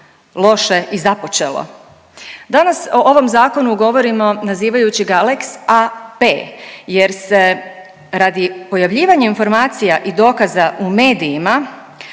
loše i započelo. Danas o ovom zakonu govorimo nazivajući ga lex AP jer se radi pojavljivanja informacija i dokaza u medijima